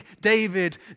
David